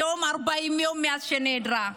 היום 40 יום מאז שנעלמה.